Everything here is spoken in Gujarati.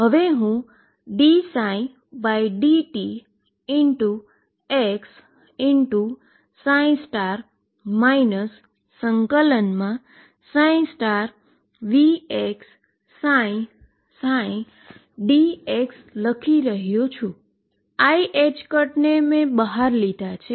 હવે હું dψdtx ∫Vxψψdx લખી રહ્યો છું iℏ ને મે બહાર લીધા છે